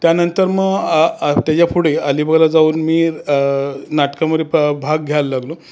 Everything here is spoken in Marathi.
त्यानंतर मग त्याच्यापुढे अलिबागला जाऊन मी नाटकामध्ये प भाग घ्यायला लागलो